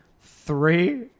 Three